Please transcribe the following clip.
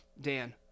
Dan